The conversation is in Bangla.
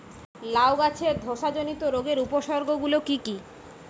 লাউ গাছের ধসা জনিত রোগের উপসর্গ গুলো কি কি?